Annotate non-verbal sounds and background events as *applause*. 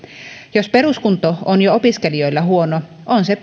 jos peruskunto on jo opiskelijoilla huono on se *unintelligible*